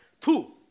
Two